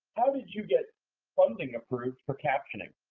how did you get funding approved for captioning?